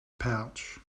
pouch